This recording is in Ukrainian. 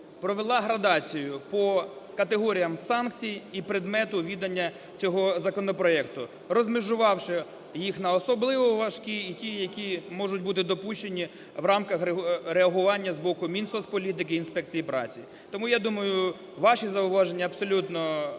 провела градацію по категоріям санкцій і предмету відання цього законопроекту, розмежувавши їх на особливо важкі і ті, які можуть бути допущені в рамках реагування з боку Мінсоцполітики і Інспекції праці. Тому, я думаю, ваші зауваження абсолютно адекватно